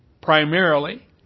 primarily